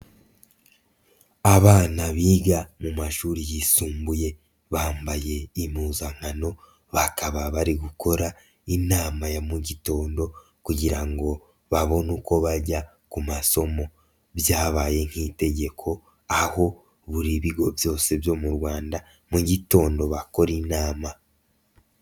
Abana biga mu mashuri yisumbuye bambaye impuzankano, bakaba bari gukora inama ya mu gitondo kugira ngo babone uko bajya ku masomo, byabaye nk'itegeko aho buri bigo byose byo mu Rwanda mu gitondo bakora inama.